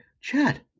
Chad